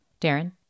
Darren